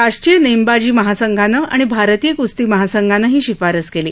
राष्ट्रीय नाब्रिजी महासंघानं आणि भारतीय कुस्ती महासंघानं ही शिफारस कली